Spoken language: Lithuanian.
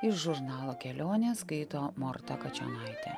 iš žurnalo kelionė skaito morta kačionaitė